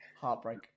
Heartbreak